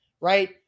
right